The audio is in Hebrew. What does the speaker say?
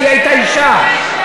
אתי הייתה אישה.